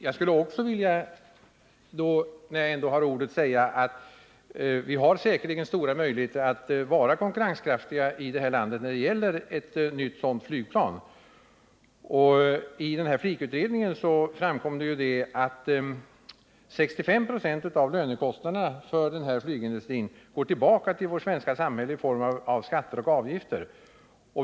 Jag skulle också, när jag ändå har ordet, vilja säga att vi har säkerligen stora möjligheter att vara konkurrenskraftiga i det här landet när det gäller ett nytt sådant flygplan. I FLIK-utredningen framkom ju att 65 96 av lönekostnaderna för denna flygindustri går tillbaka till vårt svenska samhälle i form av skatter och avgifter.